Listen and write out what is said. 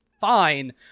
fine